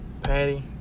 patty